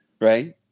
right